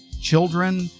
Children